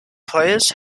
players